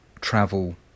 travel